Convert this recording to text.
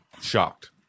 shocked